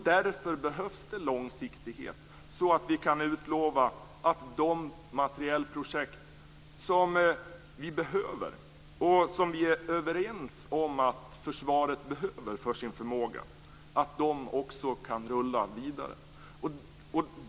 Därför behövs långsiktighet, så att vi kan utlova att de materielprojekt som vi är överens om att försvaret behöver för sin förmåga kan rulla vidare.